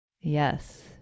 Yes